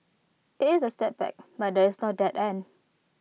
IT is A setback but there is no dead end